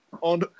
on